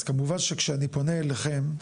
אז כמובן שאני פונה אליכם,